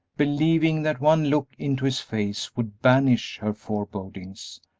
believing that one look into his face would banish her forebodings,